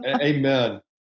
Amen